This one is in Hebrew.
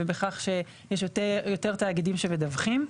ובכך שיש יותר תאגידים שמדווחים.